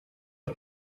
els